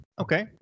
okay